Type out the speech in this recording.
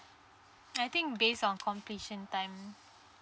I think based on completion time